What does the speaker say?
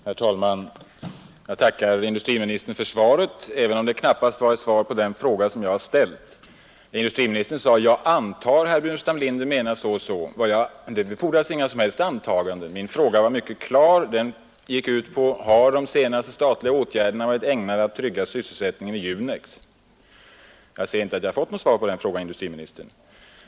Herr talman! Jag tackar industriministern för svaret, även om det knappast var ett svar på den fråga som jag har ställt. Industriministern sade att han antog att herr Burenstam Linder med frågan menade så eller så. Men det behövs inga som helst antaganden, Min fråga var mycket klar: Har de åtgärder staten vidtagit under senare tid varit ägnade att trygga sysselsättningen vid Junex? Jag finner inte att jag fått något svar på den frågan, herr industriminister.